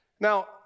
Now